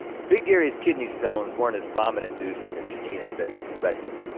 big gary's kidney stones weren't as vomit inducing as jeanine had been and expecting.